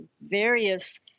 various